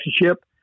relationship